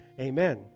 amen